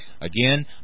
again